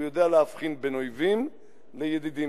הוא יודע להבחין בין אויבים לידידים.